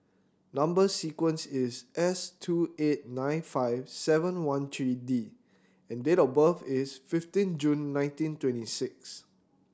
number sequence is S two eight nine five seven one three D and date of birth is fifteen June nineteen twenty six